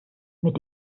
mit